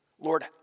Lord